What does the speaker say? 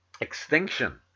extinction